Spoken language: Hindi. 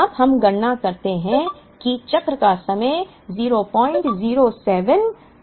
अब हम गणना करते हैं कि चक्र का समय 00721 वर्ष है